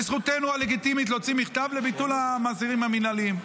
וזכותנו הלגיטימית להוציא מכתב לביטול המעצרים המינהליים.